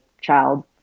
child